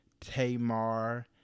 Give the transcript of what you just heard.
Tamar